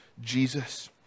Jesus